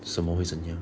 什么会这么样